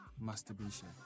masturbation